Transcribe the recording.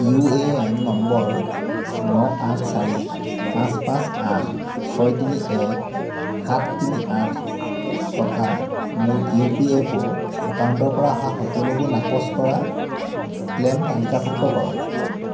UAN number ন আঠ চাৰি পাঁচ পাঁচ আঠ ছয় তিনি এক সাত তিনি আঠ থকা মোৰ ইউপিএফঅ' একাউণ্টৰ পৰা অহা সকলোবোৰ নাকচ কৰা ক্লেইম তালিকাভুক্ত কৰক